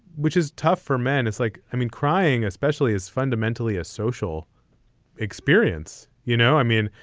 which is tough for men. it's like i mean, crying, especially as fundamentally a social experience, you know. i mean,